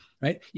Right